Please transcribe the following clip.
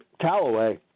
Callaway